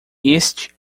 este